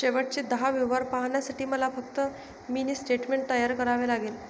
शेवटचे दहा व्यवहार पाहण्यासाठी मला फक्त मिनी स्टेटमेंट तयार करावे लागेल